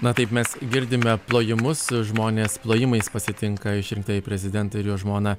na taip mes girdime plojimus žmonės plojimais pasitinka išrinktąjį prezidentą ir jo žmoną